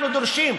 אנחנו דורשים,